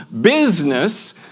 business